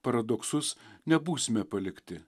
paradoksus nebūsime palikti